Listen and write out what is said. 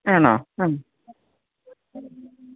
ആണോ ആം